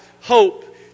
hope